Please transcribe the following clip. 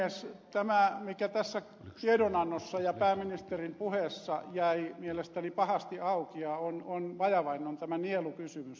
tämä mikä tässä tiedonannossa ja pääministerin puheessa jäi mielestäni pahasti auki ja on vajavainen on tämä nielukysymys